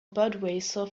budweiser